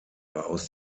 aus